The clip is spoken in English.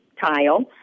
tile